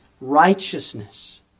Righteousness